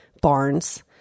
barns